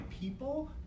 people